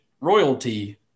royalty